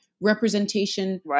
representation